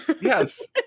Yes